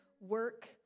work